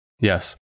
Yes